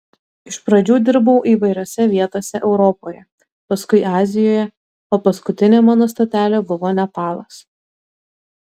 iš pradžių dirbau įvairiose vietose europoje paskui azijoje o paskutinė mano stotelė buvo nepalas